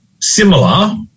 similar